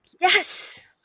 yes